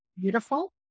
beautiful